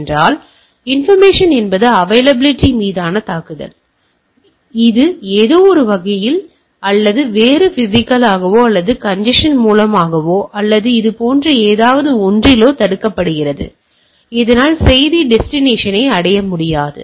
எனவே இன்டெர்ரப்சன் என்பது அவைலபிலிட்டி மீதான தாக்குதல் எனவே இது ஏதோ ஒரு வழியில் அல்லது வேறு பிசிகலாகவோ அல்லது கண்சஷன் மூலமாகவோ அல்லது அது போன்ற ஏதாவது ஒன்றிலோ தடுக்கப்படுகிறது இதனால் செய்தி டெஸ்டினேஷன் அடைய முடியாது